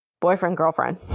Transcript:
boyfriend-girlfriend